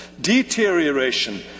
deterioration